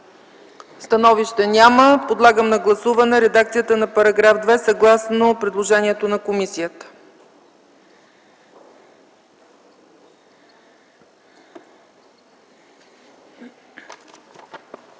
Становище няма. Подлагам на гласуване редакцията на § 2 съгласно предложението на комисията.